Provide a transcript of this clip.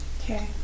Okay